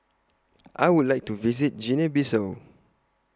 I Would like to visit Guinea Bissau